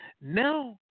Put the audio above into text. Now